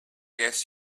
guess